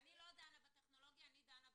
אני לא דנה בטכנולוגיה, אני דנה בחוק.